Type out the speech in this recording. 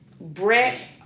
Brett